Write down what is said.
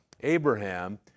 abraham